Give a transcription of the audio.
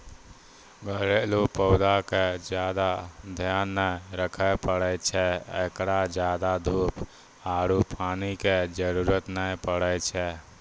घरेलू पौधा के ज्यादा ध्यान नै रखे पड़ै छै, एकरा ज्यादा धूप आरु पानी के जरुरत नै पड़ै छै